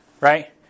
right